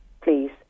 please